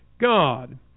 god